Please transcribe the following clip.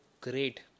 great